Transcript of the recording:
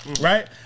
right